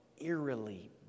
eerily